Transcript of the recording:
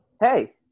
Hey